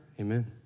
amen